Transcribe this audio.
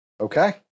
Okay